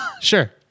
sure